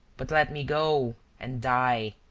but let me go and die.